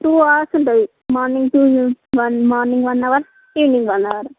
two hours ఉంటుంది morning two morning one hour evening one hour